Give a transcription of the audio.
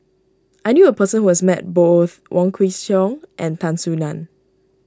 I knew a person who has met both Wong Kwei Cheong and Tan Soo Nan